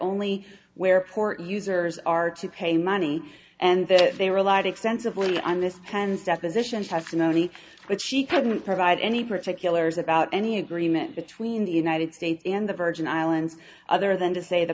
only where port users are to pay money and that they were allowed extensively on this cannes deposition testimony but she couldn't provide any particulars about any agreement between the united states and the virgin islands other than to say the